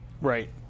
Right